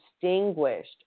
distinguished